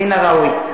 מן הראוי.